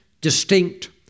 distinct